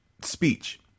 speech